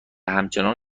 همچنان